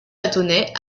bâtonnets